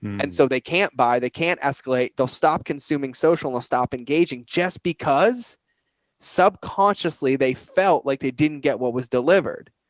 and so they can't buy, they can't escalate. they'll stop consuming, social estopped engaging just because subconsciously they felt like they didn't get what was delivered.